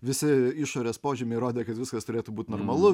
visi išorės požymiai rodė kad viskas turėtų būti normalu